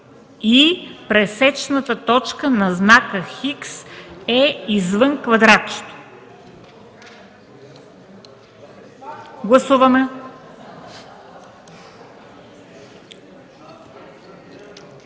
„и пресечната точка на знака „Х” е извън квадратчето”. Гласували